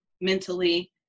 mentally